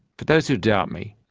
for those who doubt me,